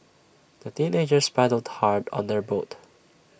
the teenagers paddled hard on their boat